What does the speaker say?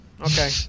Okay